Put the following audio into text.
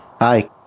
Hi